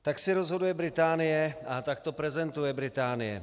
Tak si rozhoduje Británie a tak to prezentuje Británie.